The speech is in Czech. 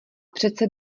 přece